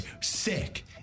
Sick